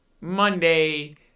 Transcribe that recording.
Monday